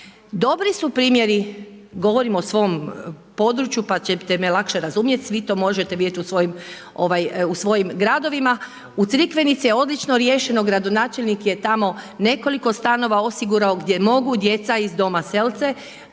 Dobri su primjeri, govorim o svom području pa ćete me lakše razumjeti, svi to možete vidjeti u svojim gradovima, u Crikvenici je odlično riješeno. Gradonačelnik je tamo nekoliko stanova osigurao gdje mogu djeca iz Doma Selce